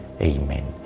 Amen